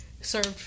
served